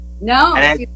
No